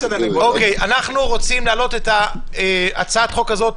אוקיי, אנחנו רוצים להעלות את הצעת החוק הזאת